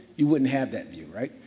you wouldn't have that view, right?